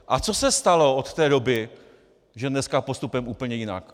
A co se stalo od té doby, že dneska postupujeme úplně jinak?